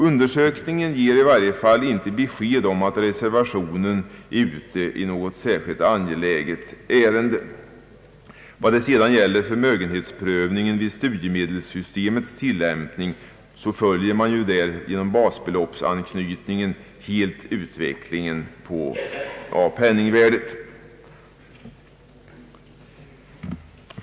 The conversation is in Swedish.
Undersökningen ger 1 varje fall inte besked om att reservationen är ute i något särskilt angeläget ärende. Vad sedan gäller förmögenhetspröv ningen vid studiemedelssystemets tilllämpning följer man där genom basbeloppsanknytningen helt utvecklingen av penningvärdet.